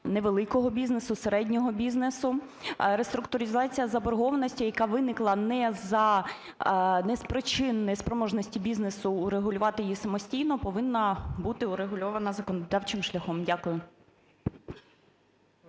невеликого бізнесу, середнього бізнесу. Реструктуризація заборгованості, яка виникла не за… не з причин неспроможності бізнесу урегулювати її самостійно повинна бути урегульована законодавчим шляхом. Дякую.